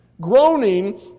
Groaning